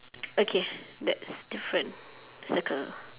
okay that's different circle